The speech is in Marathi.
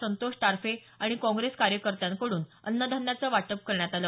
संतोष टारफे आणि काँग्रेस कार्यकर्त्यांकडून अन्नधान्याचं वाटप करण्यात आलं